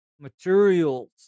materials